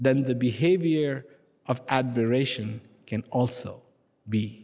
then the behavior of admiration can also be